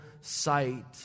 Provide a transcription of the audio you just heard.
sight